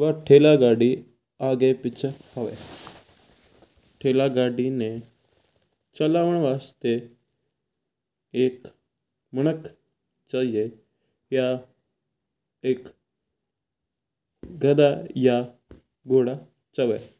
बा थला घडी आगे पिच्चा हुंवा। थला गाड़ी ना चलावण वास्ता एक माणक चाईजा या एक घड़ू या घोड़ा चावा है।